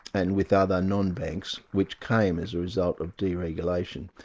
and with other non-banks, which came as a result of deregulation.